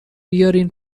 بیارین